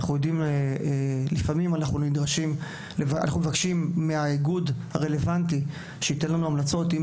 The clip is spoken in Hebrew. ולפעמים אנחנו מבקשים מהאיגוד הרלוונטי שייתן לנו המלצות אם